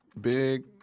Big